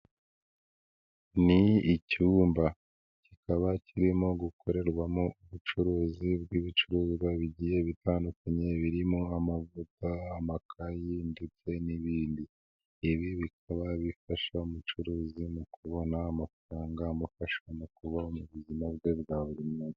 Ni icyumba kikaba kirimo gukorerwamo ubucuruzi bw'ibicuruzwa bigiye bitandukanye birimo amavuta, amakayi ndetse n'ibindi, ibi bikaba bifasha umucuruzi mu kubona amafaranga amufasha mu kubona ubuzima bwe bwa buri munsi.